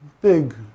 big